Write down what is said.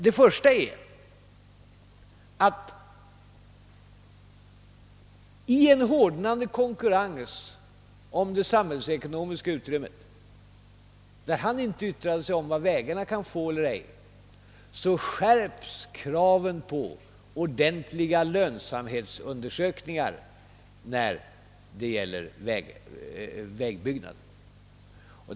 Det första är att i en hårdnande konkurrens om det samhällsekonomiska utrymmet — han yttrade sig inte om vad vägarna skall få — skärps kraven på ordentliga lönsamhetsundersökningar rörande vägbyggnader.